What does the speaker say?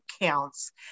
counts